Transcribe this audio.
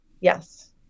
yes